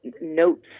notes